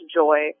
joy